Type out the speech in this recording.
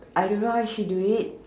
I don't know how she do it